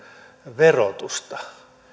verotusta